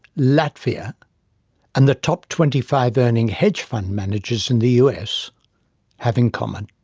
latvia and the top twenty five earning hedge fund managers in the us have in common?